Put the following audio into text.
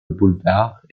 boulevard